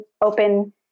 open